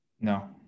No